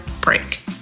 break